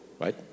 right